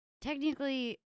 technically